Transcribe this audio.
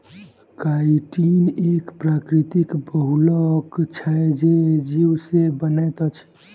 chitin एक प्राकृतिक बहुलक छै जे जीव से बनैत अछि